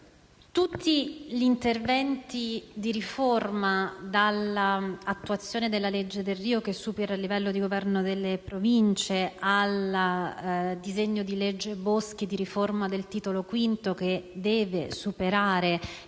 tutti gli interventi di riforma, dall'attuazione della legge Delrio, che supera il livello di governo delle Province, al disegno di legge Boschi di riforma del Titolo V della